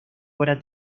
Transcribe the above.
obra